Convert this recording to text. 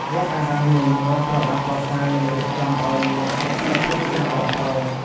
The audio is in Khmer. វត្តអារាមនានាត្រូវបានកសាង និងរៀបចំឱ្យមានសោភ័ណភាពស្រស់បំព្រង។